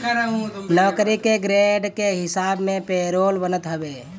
नौकरी के ग्रेड के हिसाब से पेरोल बनत हवे